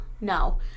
No